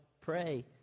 pray